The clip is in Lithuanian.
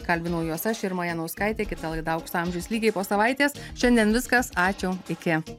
kalbinau juos aš irma janauskaitė kita laida aukso amžius lygiai po savaitės šiandien viskas ačiū iki